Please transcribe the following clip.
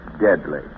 Deadly